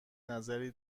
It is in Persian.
نظری